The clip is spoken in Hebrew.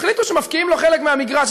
החליטו שמפקיעים לו חלק מהמגרש.